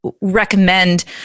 recommend